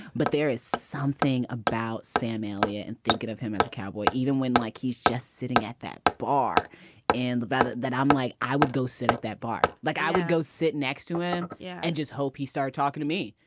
but there is something about sam alea and thinking of him as a cowboy, even when, like, he's just sitting at that bar and the better that i'm like, i would go sit at that bar, like i would go sit next to him. yeah. i and just hope he start talking to me,